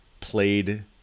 played